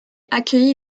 accueillit